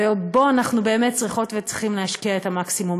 ובו אנחנו באמת צריכות וצריכים להשקיע את המקסימום.